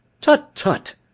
Tut-tut